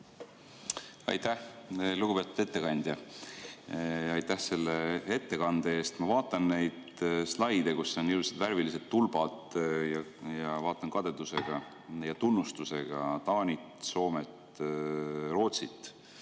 Aitäh! Lugupeetud ettekandja, aitäh selle ettekande eest! Ma vaatan neid slaide, kus on ilusad värvilised tulbad, ja vaatan kadeduse ja tunnustusega Taanit, Soomet, Rootsit.